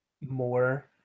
more